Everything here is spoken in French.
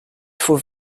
faut